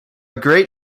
great